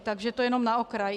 Takže to jenom na okraj.